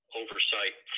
oversight